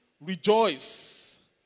rejoice